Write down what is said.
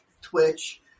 Twitch